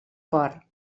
por